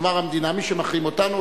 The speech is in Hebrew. תאמר המדינה: מי שמחרים אותנו,